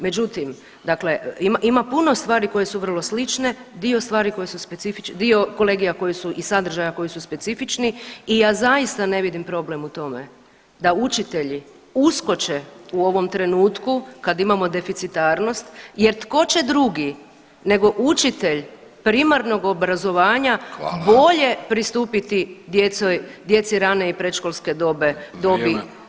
Međutim, dakle ima, ima puno stvari koje su vrlo slične, dio stvari koje su, dio kolegija i sadržaja koji su specifični i ja zaista ne vidim problem u tome da učitelji uskoče u ovom trenutku kad imamo deficitarnost jer tko će drugi nego učitelj primarnog obrazovanja [[Upadica: Hvala vam.]] bolje pristupiti djeci rane i predškolske dobe [[Upadica: Vrijeme.]] dobi.